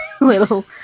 little